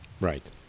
Right